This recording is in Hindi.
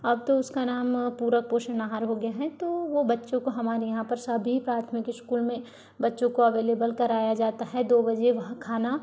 अब तो उसका नाम पूरक पोषण आहार हो गया है तो वो बच्चों को हमारे यहाँ पर सभी प्राथमिक स्कूल में बच्चों को अवेलेबल कराया जाता है दो बजे वहाँ खाना